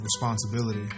responsibility